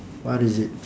what is it